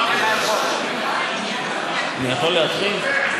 אני יכול להתחיל?